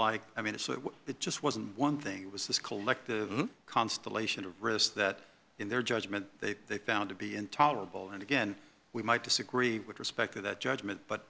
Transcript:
like i mean it's sort of it just wasn't one thing it was this collective constellation of risks that in their judgment they found to be intolerable and again we might disagree with respect to that judgment but